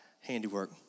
handiwork